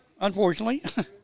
unfortunately